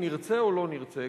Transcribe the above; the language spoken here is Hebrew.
נרצה או לא נרצה,